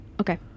Okay